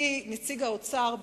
כי נציג האוצר,